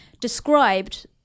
Described